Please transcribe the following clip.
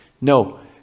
No